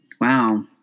wow